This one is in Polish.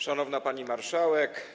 Szanowna Pani Marszałek!